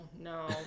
No